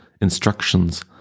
instructions